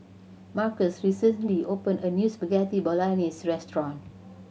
Markus recently opened a new Spaghetti Bolognese restaurant